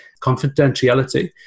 confidentiality